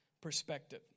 perspective